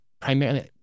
primarily